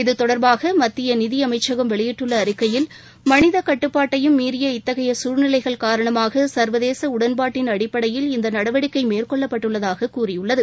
இது தொடர்பாக மத்திய நிதி அமைச்சகம் வெளியிட்டுள்ள அறிக்கையில் மனித கட்டுப்பாட்டையும் இத்தகைய சூழ்நிலைகள் காரணமாக சர்வதேச உடன்பாட்டின் அடிப்படையில் நடவடிக்கை மீறிய மேற்கொள்ளப்பட்டுள்ளதாகக் கூறியுள்ளது